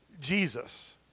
Jesus